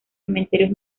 cementerios